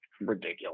ridiculous